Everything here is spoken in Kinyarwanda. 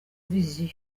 vision